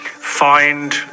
find